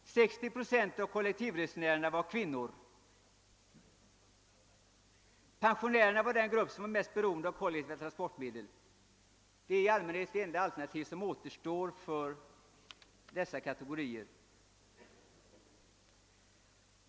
60 procent av kollektivresenärerna var kvinnor. Pensionärerna var den grupp som var mest beroende av kollektiva transportmedel. Det är i allmänhet det enda alternativ som återstår för dessa kategorier.